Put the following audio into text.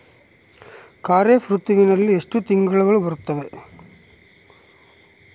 ಖಾರೇಫ್ ಋತುವಿನಲ್ಲಿ ಎಷ್ಟು ತಿಂಗಳು ಬರುತ್ತವೆ?